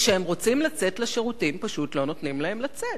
וכשהם רוצים לצאת לשירותים פשוט לא נותנים להם לצאת,